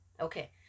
Okay